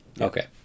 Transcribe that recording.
okay